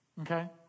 Okay